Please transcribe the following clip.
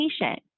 patient